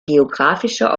geographischer